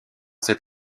cet